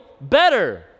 better